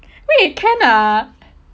wait can ah